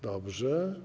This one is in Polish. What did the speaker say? Dobrze.